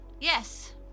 Yes